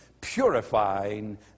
purifying